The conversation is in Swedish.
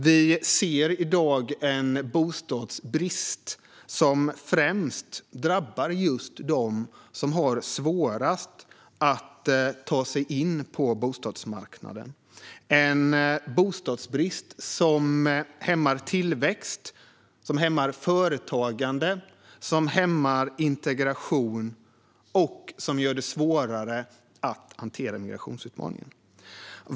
Vi ser i dag en bostadsbrist som främst drabbar just dem som har svårast att ta sig in på bostadsmarknaden, en bostadsbrist som hämmar tillväxt, företagande och integration och som gör det svårare att hantera migrationsutmaningarna.